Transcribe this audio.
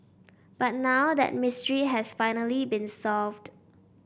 but now that mystery has finally been solved